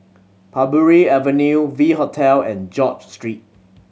Parbury Avenue V Hotel and George Street